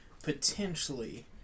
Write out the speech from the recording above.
Potentially